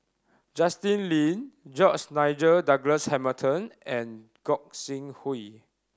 Justin Lean George Nigel Douglas Hamilton and Gog Sing Hooi